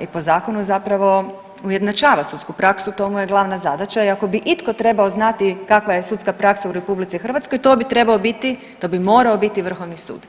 i po zakonu zapravo ujednačava sudsku praksu to mu je glavna zadaća i ako bi itko trebao znati kakva je sudska praksa u RH to bi trebao biti, to bi morao biti vrhovni sud.